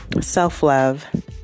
self-love